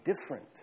different